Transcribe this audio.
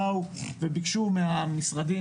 באו וביקשו מהמשרדים,